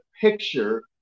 picture